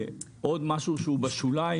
עוד משהו שהוא בשוליים,